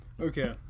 Okay